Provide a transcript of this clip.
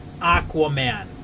aquaman